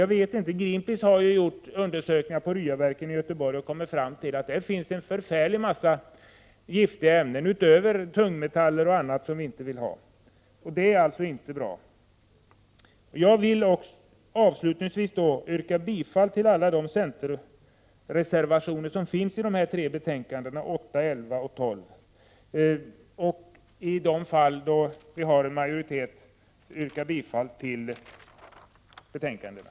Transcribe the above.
Greenpeace har ju gjort undersökningar vid Ryaverket i Göteborg och kommit fram till att det finns en mängd giftiga ämnen förutom tungmetaller och annat som vi inte vill ha. Det är alltså inte bra. Avslutningsvis vill jag yrka bifall till alla centerreservationer i de tre jordbruksutskottsbetänkandena 8, 11 och 12. I de fall då vi utgör majoritet ber jag att få yrka bifall till hemställan i betänkandena.